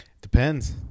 Depends